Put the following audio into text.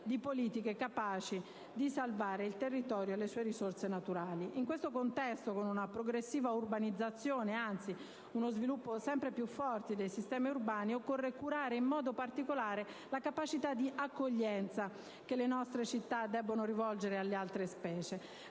di politiche capaci di salvare il territorio e le sue risorse naturali. In questo contesto, con una progressiva urbanizzazione, anzi uno sviluppo sempre più forte dei sistemi urbani, occorre curare in modo particolare la capacità di accoglienza che le nostre città debbono rivolgere alle altre specie.